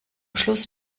schluss